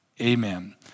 Amen